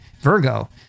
Virgo